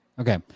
Okay